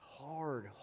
hard